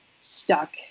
stuck